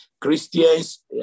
Christians